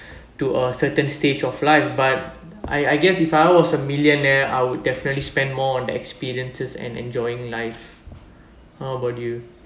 to a certain stage of life but I I guess if I was a millionaire I would definitely spend more on the experiences and enjoying life how about you